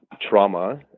trauma